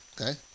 Okay